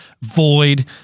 Void